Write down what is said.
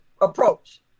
approach